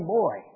boy